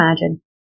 imagine